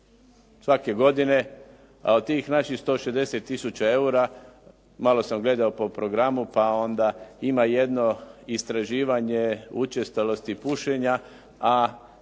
svake godine, a od tih naših 160 tisuća eura, malo sam gledao po programu pa onda ima jedno istraživanje učestalosti pušenja,